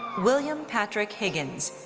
william patrick higgins,